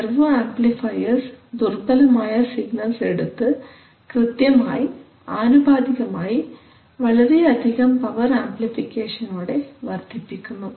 servo amplifiers ദുർബലമായ signals എടുത്തു കൃത്യമായി ആനുപാതികമായി വളരെയധികം പവർ ആമ്പ്ലിഫിക്കേഷനോടെ വർദ്ധിപ്പിക്കുന്നു